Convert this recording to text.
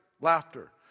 laughter